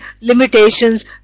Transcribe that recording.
limitations